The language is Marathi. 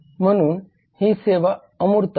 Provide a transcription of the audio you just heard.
म्हणून ही सेवा अमूर्त आहे